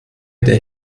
der